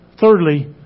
thirdly